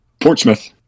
Portsmouth